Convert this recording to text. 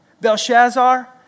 Belshazzar